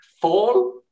fall